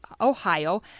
Ohio